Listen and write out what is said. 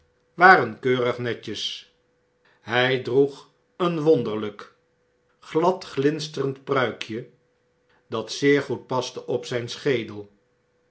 waren keurig netjes hij droeg een wonderlp glad glinsterend pruikje dat zeer goed paste op zgn schedel